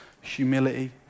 humility